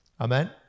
Amen